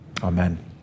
Amen